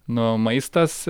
nu maistas